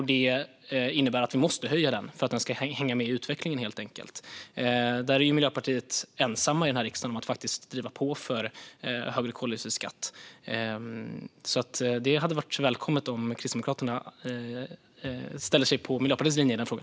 Det innebär att den måste höjas, helt enkelt för att hänga med i utvecklingen. Miljöpartiet är ensamma i riksdagen om att driva på för högre koldioxidskatt. Det skulle vara välkommet om Kristdemokraterna anslöt sig till Miljöpartiets linje i den frågan.